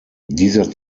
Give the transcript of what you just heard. dieser